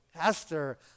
Esther